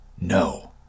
No